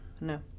No